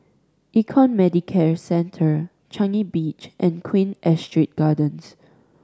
Econ Medicare Centre Changi Beach and Queen Astrid Gardens